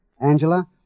Angela